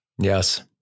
Yes